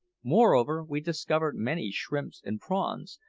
moreover, we discovered many shrimps and prawns,